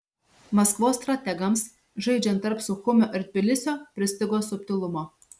maskvos strategams žaidžiant tarp suchumio ir tbilisio pristigo subtilumo